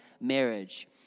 marriage